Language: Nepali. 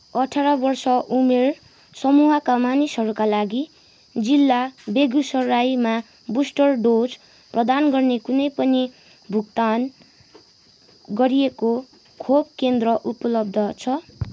अठार वर्ष उमेर समूहका मानिसहरूका लागि जिल्ला बेगुसरायमा बुस्टर डोज प्रदान गर्ने कुनै पनि भुक्तान गरिएको खोप केन्द्र उपलब्ध छ